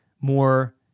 more